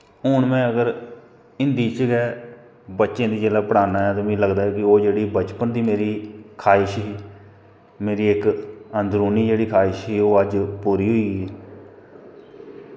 हून में अगर हिन्दी च गै बच्चें गी जिसलै पढ़ाना ऐ ते मिगी लगदा ऐ ओह् जेह्ड़ी बचपन दी मेरी खाहिश ही मेरी जेह्ड़ा अन्दरूनी जेह्की खाहिश ही ओह् अज्ज पूरी होई गेई